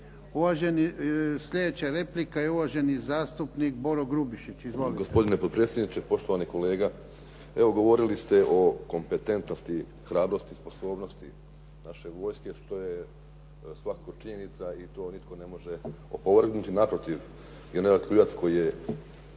Vrijeme. Sljedeća replika je uvaženi zastupnik Boro Grubišić. Izvolite. **Grubišić, Boro (HDSSB)** Gospodine potpredsjedniče. Poštovani kolega, evo govorili ste o kompetentnosti, hrabrosti, sposobnosti naše vojske što je svakako činjenica i to nitko ne može opovrgnuti. Naprotiv, general Kruljac o kojemu